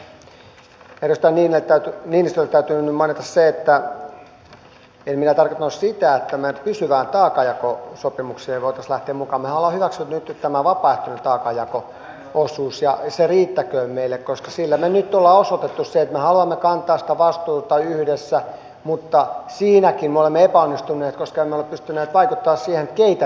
edustaja niinistölle täytyy nyt mainita se että en minä tarkoittanut sitä että me pysyvään taakanjakosopimukseen voisimme lähteä mukaan mehän olemme hyväksyneet nyt tämän vapaaehtoisen taakanjako osuuden ja se riittäköön meille koska sillä me nyt olemme osoittaneet sen että me haluamme kantaa sitä vastuuta yhdessä mutta siinäkin me olemme epäonnistuneet koska emme ole pystyneet vaikuttamaan siihen keitä tänne tulee